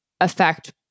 affect